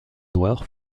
noir